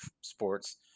sports